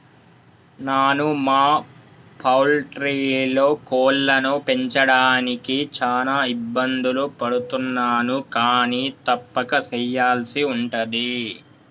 నాను మా పౌల్ట్రీలో కోళ్లను పెంచడానికి చాన ఇబ్బందులు పడుతున్నాను కానీ తప్పక సెయ్యల్సి ఉంటది